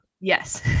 Yes